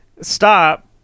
stop